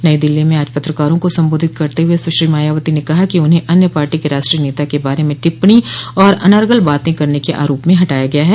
नई दिल्ली में आज पत्रकारों को संबोधित करते हुए सुश्री मायावती ने कहा कि उन्हें अन्य पार्टी के राष्ट्रीय नता के बारे में टिप्पणी और अनगल बातें करने के आरोप में हटाया गया है